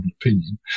opinion